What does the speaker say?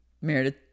Meredith